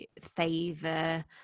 favor